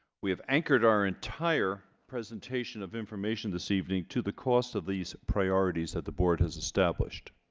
we have anchored our entire presentation of information this evening to the cost of these priorities that the board has established